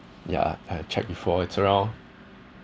yeah I check before it's around